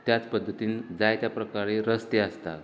त्याच पद्दतीन जायत्या प्रकारे रस्ते आसतात